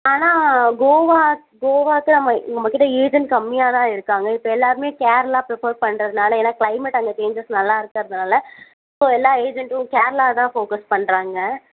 ஆனா கோவா கோவாக்கு நம்ம நம்மகிட்ட ஏஜெண்ட் கம்மியாக தான் இருக்காங்க இப்போ எல்லோருமே கேரளா ப்ரிஃபர் பண்ணுறதுனால ஏன்னா க்ளைமேட் அங்கே சேஞ்சஸ் நல்லார்க்கிறதுனால இப்போ எல்லா ஏஜெண்ட்டும் கேரளா தான் ஃபோக்கஸ் பண்ணுறாங்க